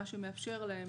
מה שמאפשר להם